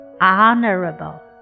honorable